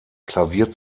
klavier